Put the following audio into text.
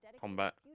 Combat